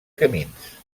camins